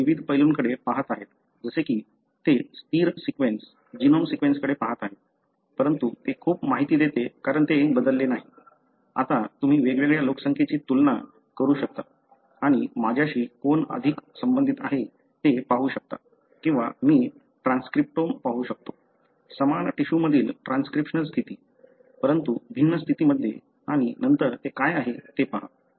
लोक विविध पैलूंकडे पहात आहेत जसे की ते स्थिर सीक्वेन्स जीनोम सीक्वेन्स कडे पहात आहेत परंतु ते खूप माहिती देते कारण ते बदलले नाही आता तुम्ही वेगवेगळ्या लोकसंख्येची तुलना करू शकता आणि माझ्याशी कोण अधिक संबंधित आहे ते पाहू शकता किंवा मी ट्रान्सक्रिप्टोम पाहू शकतो समान टिश्यूमधील ट्रान्सक्रिप्शनल स्थिती परंतु भिन्न स्थिती मध्ये आणि नंतर ते काय आहे ते पहा